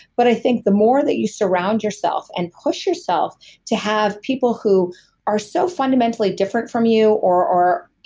but i think the more that you surround yourself and push yourself to have people who are so fundamentally different from you or are.